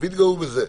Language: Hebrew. והתגאו בזה.